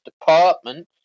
Department